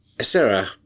Sarah